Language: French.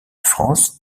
france